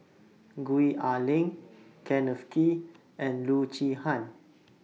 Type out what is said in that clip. Gwee Ah Leng Kenneth Kee and Loo Zihan